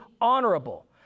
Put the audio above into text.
honorable